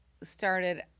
started